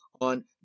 on